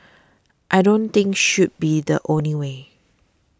I don't think should be the only way